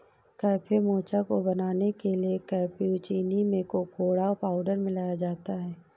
cafe mocha को बनाने के लिए कैप्युचीनो में कोकोडा पाउडर मिलाया जाता है